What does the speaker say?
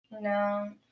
No